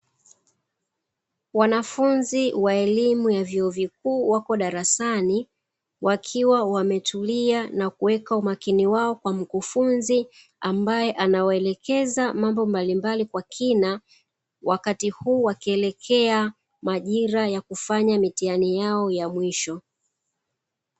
Wanafunzi wa elimu ya vyuo vikuu wako darasani wakiwa wametulia na kuweka umakini wao kwa mkufunzi ambaye anawaelekeza mambo mbalimbali kwa kina, wakati huu wakielekea majira ya kufanya mitihani yao ya mwisho.